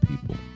people